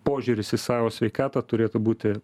požiūris į savo sveikatą turėtų būti